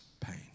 pain